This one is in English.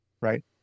right